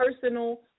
personal